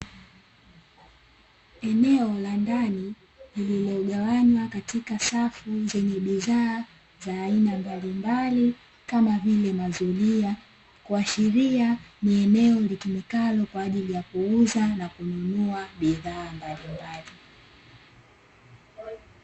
Eneo la ndani lililogawanywa katika safu zenye bidhaa aina mbalimbali kama vile mazuria, kuashiria ni eneo litumikalo kwa ajili ya kuuza na kununua bidhaa mbalimbali.